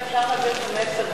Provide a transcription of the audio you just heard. אם אפשר להעביר את המסר,